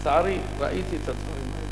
לצערי, ראיתי את הדברים האלה.